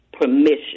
permission